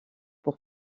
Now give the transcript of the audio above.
pour